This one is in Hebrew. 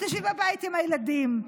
ותשבי בבית עם הילדים?